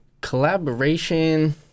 Collaboration